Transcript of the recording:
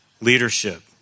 leadership